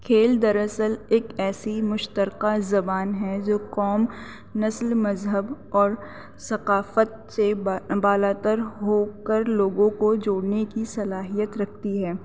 کھیل دراصل ایک ایسی مشترکہ زبان ہے جو قوم نسل مذہب اور ثقافت سے بالا بالا تر ہو کر لوگوں کو جوڑنے کی صلاحیت رکھتی ہے